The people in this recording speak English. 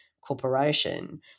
corporation